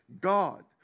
God